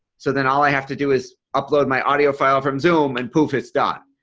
so then all i have to do is upload my audio file from zoom and poof it's done.